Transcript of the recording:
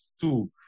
two